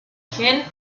gen